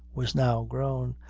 was now grown,